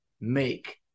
make